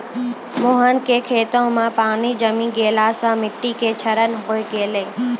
मोहन के खेतो मॅ पानी जमी गेला सॅ मिट्टी के क्षरण होय गेलै